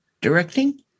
directing